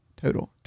total